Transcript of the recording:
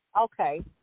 Okay